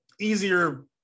easier